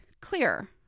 clear